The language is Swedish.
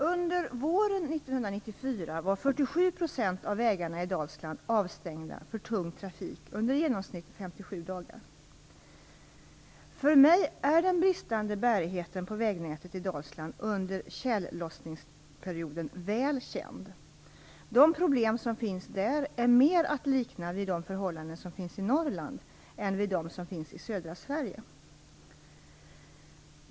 Under våren För mig är den bristande bärigheten på vägnätet i Dalsland under tjällossningsperioden väl känd. De problem som finns där är mer att likna vid de förhållanden som finns i Norrland än vid de som finns i södra Sverige.